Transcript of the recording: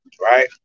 Right